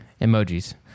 Emojis